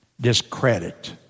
Discredit